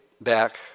back